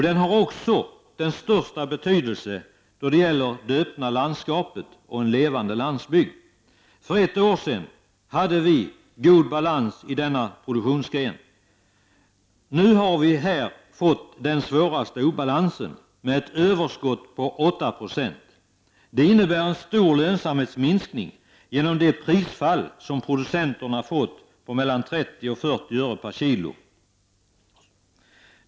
Den har också den största betydelse då det gäller det öppna landskapet och en levande landsbygd. För ett år sedan hade vi god balans i denna produktionsgren. Nu har vi fått en svår obalans med ett överskott på 8 26. Det innebär en stor lönsamhetsminskning på grund av prisfallet för producenterna på mellan 30 och 40 öre per kg.